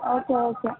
okay okay